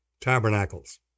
Tabernacles